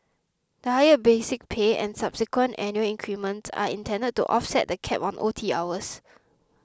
the higher basic pay and subsequent annual increments are intended to offset the cap on O T hours